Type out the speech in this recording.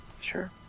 sure